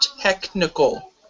Technical